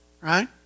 right